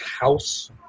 house